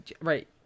right